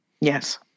Yes